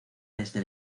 desde